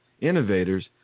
innovators